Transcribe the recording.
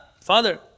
Father